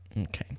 Okay